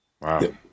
Wow